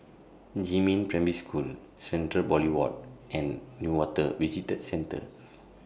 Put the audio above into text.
Jiemin Primary School Central Boulevard and Newater Visitor Centre